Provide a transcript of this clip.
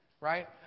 right